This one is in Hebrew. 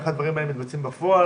איך הדברים מתבצעים בפועל,